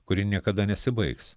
kuri niekada nesibaigs